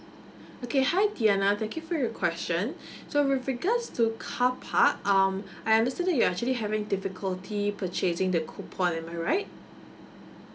okay hi diana thank you for your question so with regards to carpark um I understand that you are actually having difficulty purchasing the coupon am I right